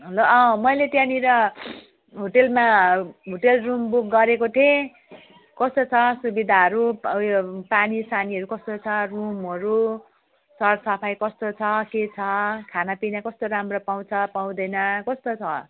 hello अँ मैले त्यहाँनिर होटेलमा होटेल रुम बुक गरेको थिएँ कस्तो छ सुविधाहरू ऊ यो पानीसानीहरू कस्तो छ रुमहरू सर सफाइ कस्तो छ के छ खानापिना कस्तो राम्रो पाउँछ पाउँदैन कस्तो छ